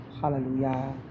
hallelujah